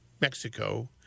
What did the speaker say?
Mexico